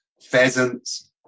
pheasants